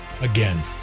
again